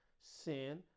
sin